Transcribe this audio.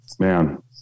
man